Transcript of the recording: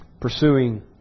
Pursuing